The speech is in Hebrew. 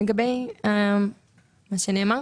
לגבי מה שנאמר?